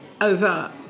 over